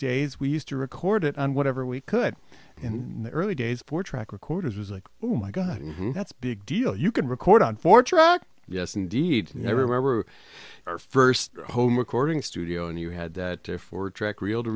days we used to record it on whatever we could in the early days for track record it was like oh my god that's big deal you can record on four track yes indeed everywhere were our first home recording studio and you had a four track reel to